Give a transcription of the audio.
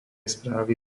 správy